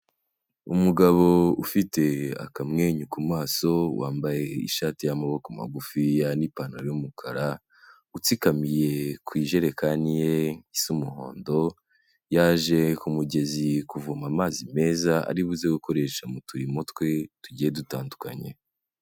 Umugabo ufite akamwenyu ku maso, wambaye ishati y'amaboko magufiya n'ipantaro y'umukara, utsikamiye ku ijerekani ye isa umuhondo, yaje ku mugezi kuvoma amazi meza ari buze gukoresha mu turimo twe tugiye dutandukanye.